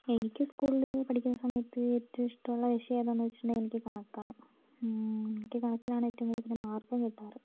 എനിക്ക് സ്ക്കൂളിൽ പഠിക്കുന്ന സമയത്ത് ഏറ്റോം ഇഷ്ട്ടമുള്ള വിഷയേതാന്ന് വെച്ചിട്ടുണ്ടെങ്കിൽ എനിക്ക് കണക്കാണ് എനിക്ക് കണക്കിനാണ് ഏറ്റോം കൂടുതൽ മാർക്കും കിട്ടാറ്